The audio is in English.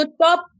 top